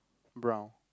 brown